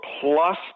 plus